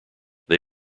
they